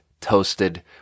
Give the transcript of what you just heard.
toasted